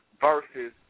versus